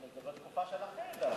זה בתקופה שלכם גם.